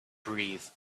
breathe